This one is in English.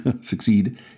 succeed